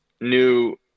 new